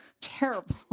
terrible